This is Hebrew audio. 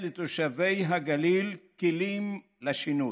לתת לתושבי הגליל כלים לשינוי.